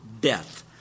death